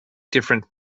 different